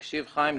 תקשיב חיים,